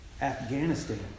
Afghanistan